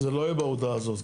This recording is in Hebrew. זה לא יהיה בהודעה הזאת.